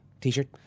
t-shirt